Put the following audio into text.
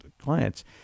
Clients